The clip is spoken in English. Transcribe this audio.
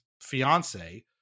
fiance